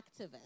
activist